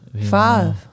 Five